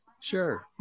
sure